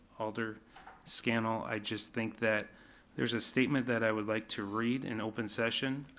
alder scannell, i just think that there's a statement that i would like to read in open session.